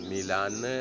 Milan